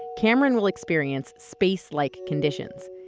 cameron will experience space-like conditions.